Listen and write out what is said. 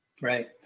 Right